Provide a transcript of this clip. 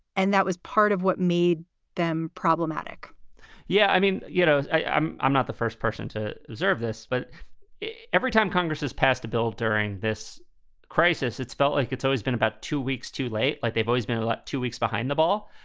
and that was part of what made them problematic yeah. i mean, you know, i'm i'm not the first person to observe this, but every time congress has passed a bill during this crisis, it's felt like it's always been about two weeks too late. like they've always been like two weeks behind the ball.